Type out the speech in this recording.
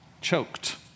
choked